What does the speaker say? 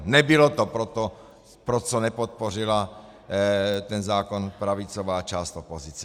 Nebylo to pro to, pro co nepodpořila ten zákon pravicová část opozice.